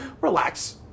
relax